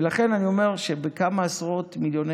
ולכן אני אומר שבכמה עשרות מיליוני